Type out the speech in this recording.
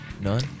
None